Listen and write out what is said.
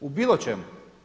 U bilo čemu.